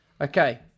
Okay